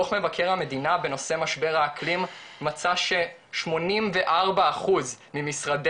דוח מבקר המדינה בנושא משבר האקלים מצא ש-84 אחוז ממשרדי